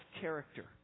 character